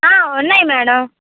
ఆ ఉన్నాయి మేడం